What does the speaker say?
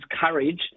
Courage